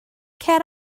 cer